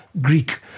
Greek